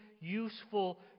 useful